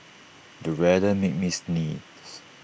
the weather made me sneeze